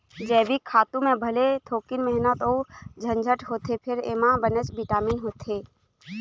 जइविक खातू म भले थोकिन मेहनत अउ झंझट होथे फेर एमा बनेच बिटामिन होथे